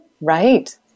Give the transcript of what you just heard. right